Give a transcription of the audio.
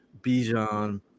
Bijan